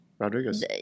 Rodriguez